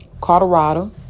Colorado